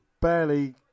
barely